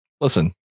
Listen